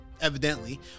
evidently